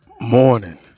morning